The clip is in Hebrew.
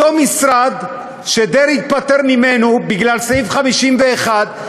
אותו משרד שדרעי התפטר ממנו בגלל סעיף 51,